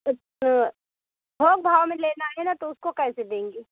तो थोक भाव में लेना है ना तो उसको कैसे देंगे